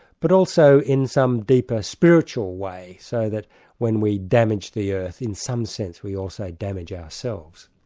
but also in some deeper spiritual way. so that when we damage the earth in some sense we also damage ourselves.